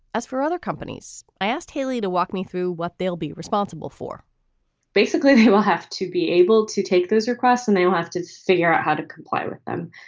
as for other companies, i asked haley to walk me through what they'll be responsible for basically, they will have to be able to take those requests and they will have to figure out how to comply with them.